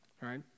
Right